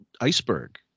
iceberg